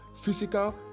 physical